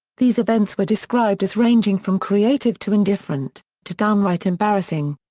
these events were described as ranging from creative to indifferent, to downright embarrassing.